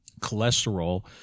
Cholesterol